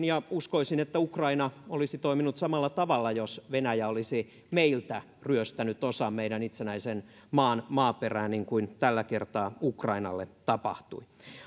ja uskoisin että ukraina olisi toiminut samalla tavalla jos venäjä olisi meiltä ryöstänyt osan meidän itsenäisen maamme maaperää niin kuin tällä kertaa ukrainalle tapahtui